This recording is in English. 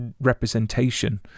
representation